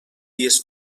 dies